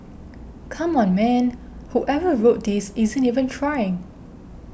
come on man whoever wrote this isn't even trying